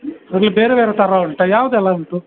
ಇವಾಗ ಬೇರೆ ಬೇರೆ ಥರ ಉಂಟಾ ಯಾವುದೆಲ್ಲ ಉಂಟು